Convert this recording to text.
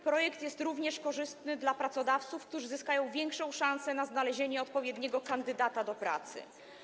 Projekt jest również korzystny dla pracodawców, którzy zyskają większą szansę na znalezienie odpowiedniego kandydata do pracy.